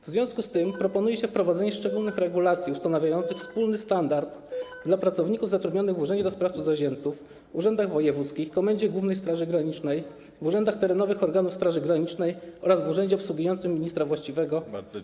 W związku z tym proponuje się wprowadzenie szczególnych regulacji ustanawiających wspólny standard dla pracowników zatrudnionych w Urzędzie do Spraw Cudzoziemców, urzędach wojewódzkich, Komendzie Głównej Straży Granicznej, w urzędach terenowych organów Straży Granicznej oraz w urzędzie obsługującym ministra właściwego do spraw wewnętrznych.